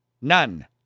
None